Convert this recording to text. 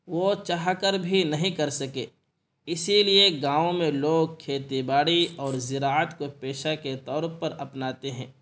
وہ چاہ کر بھی نہیں کر سکے اسی لیے گاؤں میں لوگ کھیتی باڑی اور زراعت کو پیشہ کے طور پر اپناتے ہیں